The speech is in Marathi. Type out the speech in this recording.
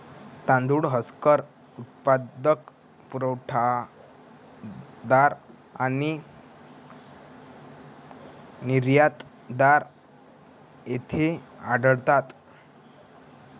तांदूळ हस्कर उत्पादक, पुरवठादार आणि निर्यातदार येथे आढळतात